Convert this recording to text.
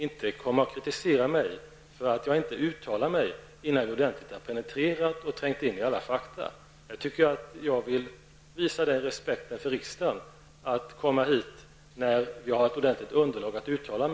Han borde inte kritisera mig för att jag inte uttalar mig innan jag ordentligt har penetrerat alla fakta. Jag vill visa den respekten för riksdagen att jag kommer till den när jag har ett ordentligt underlag för ett uttalande.